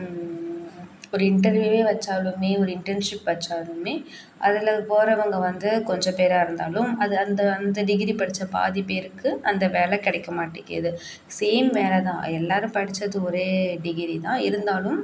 ஒரு இன்டர்வியூவே வச்சாலுமே ஒரு இன்டர்ன்ஷிப் வச்சாலுமே அதில் போகறவங்க வந்து கொஞ்ச பேராக இருந்தாலும் அது அந்த அந்த டிகிரி படித்த பாதி பேருக்கு அந்த வேலை கிடைக்க மாட்டிக்குது சேம் வேலை தான் எல்லாரும் படித்தது ஒரே டிகிரி தான் இருந்தாலும்